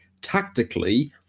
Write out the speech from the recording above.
Tactically